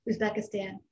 Uzbekistan